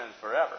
forever